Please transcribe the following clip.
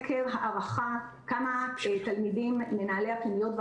יש תנאים לחזרה רק שהם מסרבים